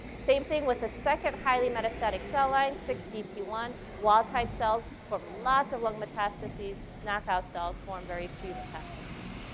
same thing with the second highly-metastatic cell line six d t one. wall type cells form lots of lung metastases. knockout cells form very few metastases.